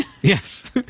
Yes